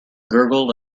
gurgled